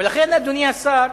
ולכן, אדוני השר,